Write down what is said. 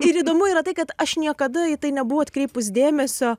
ir įdomu yra tai kad aš niekada į tai nebuvau atkreipus dėmesio